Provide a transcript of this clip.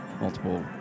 multiple